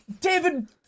David